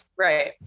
Right